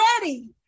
ready